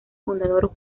fundador